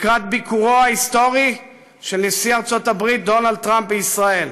לקראת ביקורו ההיסטורי של נשיא ארצות הברית דונלד טראמפ בישראל,